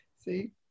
See